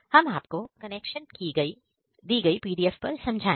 हम आपको कनेक्शन दी गई PDF पर समझाएंगे